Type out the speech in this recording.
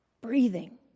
breathing